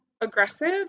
aggressive